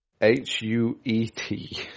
H-U-E-T